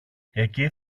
εκεί